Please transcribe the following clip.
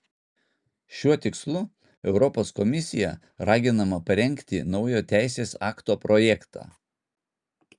šiuo tikslu europos komisija raginama parengti naujo teisės akto projektą